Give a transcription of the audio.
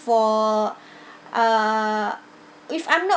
for uh if I'm not